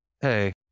Hey